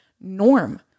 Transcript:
norm